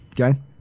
Okay